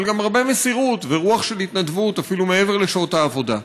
אבל גם הרבה מסירות ורוח של התנדבות אפילו מעבר לשעות העבודה.